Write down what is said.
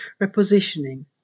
repositioning